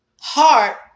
heart